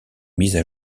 mises